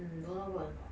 mm don't know good or not